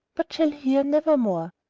but shall hear never more.